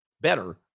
better